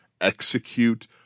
Execute